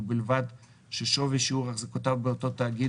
ובלבד ששווי שיעור החזקותיו באותו תאגיד